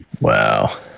Wow